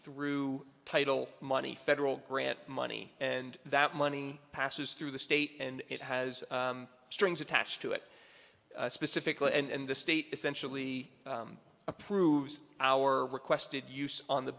through title money federal grant money and that money passes through the state and it has strings attached to it specifically and the state essentially approves our requested use on the